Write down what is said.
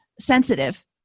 sensitive